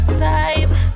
type